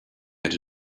had